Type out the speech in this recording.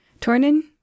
Tornin